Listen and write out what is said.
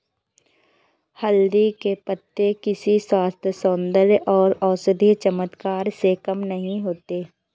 हल्दी के पत्ते किसी स्वास्थ्य, सौंदर्य और औषधीय चमत्कार से कम नहीं होते